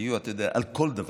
היו, אתה יודע, על כל דבר.